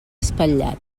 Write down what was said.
espatllat